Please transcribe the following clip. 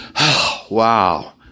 wow